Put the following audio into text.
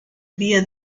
via